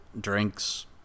drinks